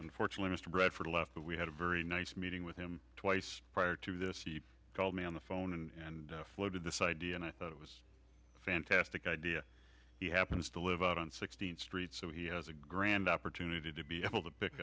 unfortunately mr bradford left but we had a very nice meeting with him twice prior to this he called me on the phone and floated this idea and i thought it was a fantastic idea he happens to live out on sixteenth street so he has a grand opportunity to be able to pick